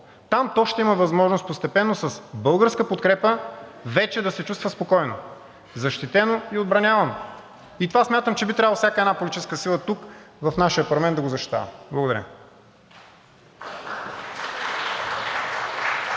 ще има възможност постепенно с българска подкрепа вече да се чувства спокойно – защитено и отбранявано, и това смятам, че би трябвало всяка една политическа сила тук в нашия парламент да го защитава. Благодаря.